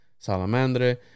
salamandre